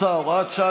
העשרים-וארבע (הוראות מיוחדות ותיקוני חקיקה),